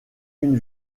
une